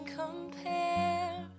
compare